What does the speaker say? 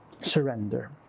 surrender